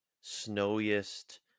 snowiest